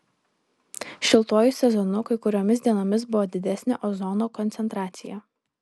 šiltuoju sezonu kai kuriomis dienomis buvo didesnė ozono koncentracija